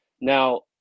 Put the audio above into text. Now